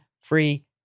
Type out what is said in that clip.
Free